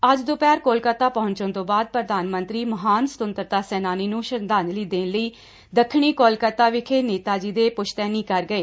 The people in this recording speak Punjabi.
ਅੱਜ ਦੁਪਹਿਰ ਕੋਲਕਾਤਾ ਪਹੁੰਚਣ ਤੋਂ ਬਾਅਦ ਪੁਧਾਨ ਮੰਤਰੀ ਮਹਾਨ ਸ੍ਰੰਤਤਰਤਾ ਸੈਨਾਨੀਆਂ ਨੂੰ ਸ਼ਰਧਾਂਜਲੀ ਦੇਣ ਲਈ ਦੱਖਣੀ ਕੋਲਕਾਤਾ ਵਿਖੇ ਨੇਤਾ ਜੀ ਦੇ ਪੁਸ਼ਤੈਨੀ ਘਰ ਗਏ